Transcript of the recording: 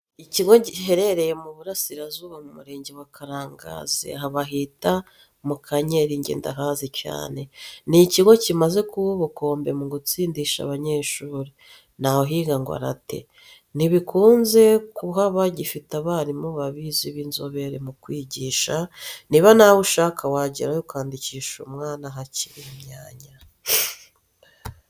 Ikigo giherereye mu burasirazuba mu murenge wa Karangazi, aha bahita Mukanyeri nge ndahazi cyane. Ni ikigo kimaze kuba ubukombe mu gutsindisha abanyeshuri, ntawuhiga ngo arate. Ntibikunze kuhaba gifite abarimu babizi b'inzobere mu kwigisha, niba nawe uhashaka wagerayo ukandikisha umwana hakiri imyanya.